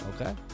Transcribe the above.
Okay